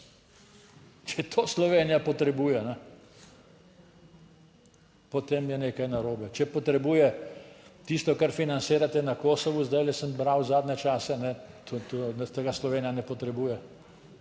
Če to Slovenija potrebuje, potem je nekaj narobe, če potrebuje tisto, kar financirate na Kosovu, zdajle sem bral zadnje čase, tega Slovenija ne potrebuje.